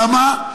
למה?